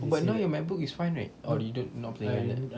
but now your macbook is fine right or you don't not playing with that